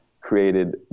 created